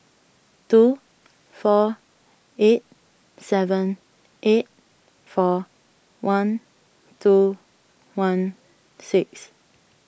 two four eight seven eight four one two one six